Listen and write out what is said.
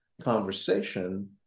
conversation